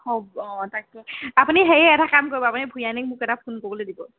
হ'ব অঁ তাকে আপুনি হেৰি এটা কাম কৰিব আপুনি ভূঞানীক মোক এটা ফোন কৰিব দিব